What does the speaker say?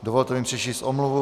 Dovolte mi přečíst omluvu.